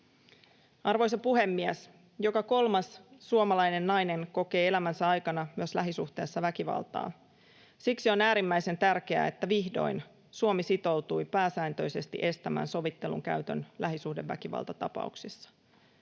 Arvoisa puhemies! Joka kolmas suomalainen nainen kokee elämänsä aikana myös lähisuhteessa väkivaltaa. Siksi on äärimmäisen tärkeää, että vihdoin Suomi sitoutui pääsääntöisesti estämään sovittelun käytön lähisuhdeväkivaltatapauksissa.